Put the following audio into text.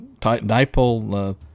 dipole